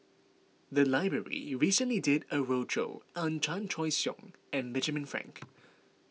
the library recently did a roadshow on Chan Choy Siong and Benjamin Frank